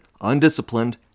undisciplined